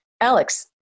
Alex